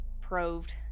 proved